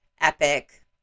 epic